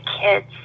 kids